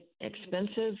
expensive